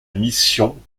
mission